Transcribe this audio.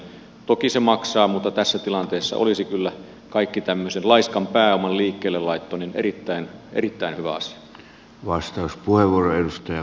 toki se maksaa mutta tässä tilanteessa olisi kyllä kaikki tämmöinen laiskan pääoman liikkeelle laitto erittäin hyvä asia